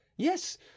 Yes